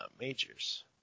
majors